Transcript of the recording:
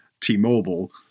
T-Mobile